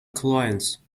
clients